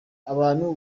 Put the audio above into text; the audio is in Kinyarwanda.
abantu